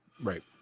Right